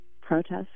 protests